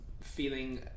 feeling